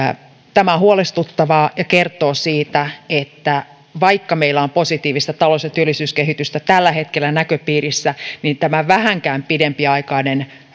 tämä on huolestuttavaa ja kertoo siitä että vaikka meillä on positiivista talous ja työllisyyskehitystä tällä hetkellä näköpiirissä niin tämä vähänkään pidempiaikainen